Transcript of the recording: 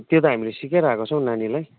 त्यो त हामीले सिकाइरहेको छौँ नानीलाई